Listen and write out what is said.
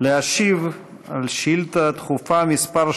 להשיב על שאילתה דחופה מס'